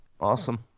Awesome